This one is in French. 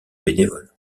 bénévoles